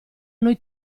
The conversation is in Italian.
noi